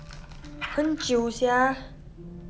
很久 sia